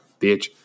bitch